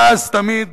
ואז תמיד